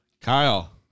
Kyle